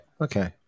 Okay